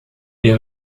est